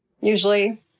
usually